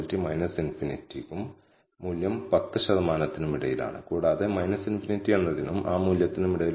ഇപ്പോൾ നമുക്ക് നിശ്ചിത സം സ്ക്വയർ ഡീവിയേഷൻ നോക്കാം ഇത് സ്ഥിരാങ്കത്തിന്റെ ഏറ്റവും മികച്ച റെഡ് ലൈൻ ആയ y യും y̅ യും തമ്മിലുള്ള വ്യതിയാനമാണ്